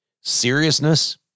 seriousness